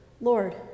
Lord